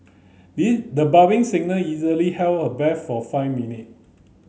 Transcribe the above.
these the budding singer easily held her breath for five minute